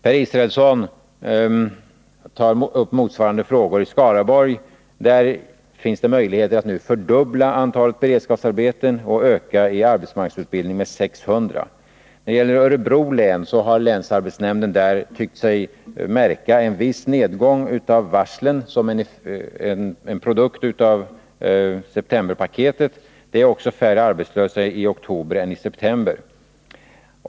Per Israelsson tar upp motsvarande frågor för Skaraborgs län. Där finns det möjligheter att nu fördubbla antalet beredskapsarbeten och öka arbetsmarknadsutbildningen med 600. När det gäller Örebro län har länsarbetsnämnden där tyckt sig märka en viss nedgång av varslen såsom en produkt av septemberpaketet. Det är också färre arbetslösa i oktober än det var i september.